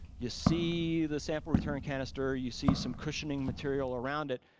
you see the sample return canister, you see some cushioning material around it.